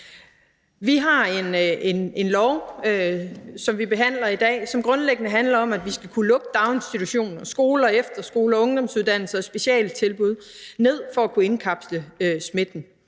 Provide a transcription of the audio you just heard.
i dag et lovforslag, som grundlæggende handler om, at vi skal kunne lukke daginstitutioner, skoler, efterskoler, ungdomsuddannelser, specialtilbud ned for at kunne indkapsle smitten.